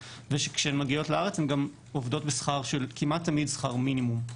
ושכשהן מגיעות לארץ הן גם עובדות כמעט תמיד בשכר מינימום,